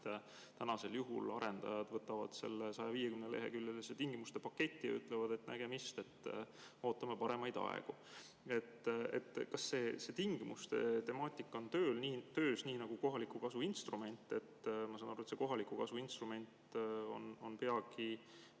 võtavad arendajad selle 150‑leheküljelise tingimuste paketi ja ütlevad: nägemist, ootame paremaid aegu. Kas see tingimuste temaatika on töös, nii nagu kohaliku kasu instrument? Ma saan aru, et see kohaliku kasu instrument on peagi